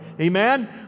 Amen